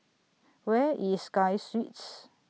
Where IS Sky Suites